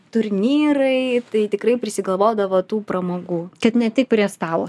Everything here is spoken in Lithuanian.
turnyrai tai tikrai prisigalvodavo tų pramogų kad ne tik prie stalo